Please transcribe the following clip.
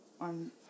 on